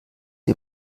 wie